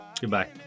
goodbye